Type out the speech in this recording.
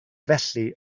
felly